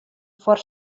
foar